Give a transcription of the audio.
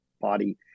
body